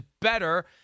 better